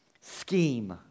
scheme